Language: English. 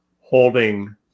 holding